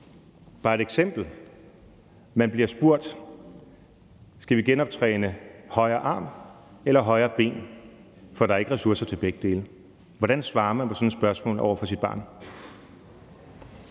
Bare et eksempel: Man bliver spurgt: Skal vi genoptræne højre arm eller højre ben, for der er ikke ressourcer til begge dele? Hvordan svarer man på sådan et spørgsmål over for sit barn?